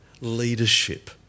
leadership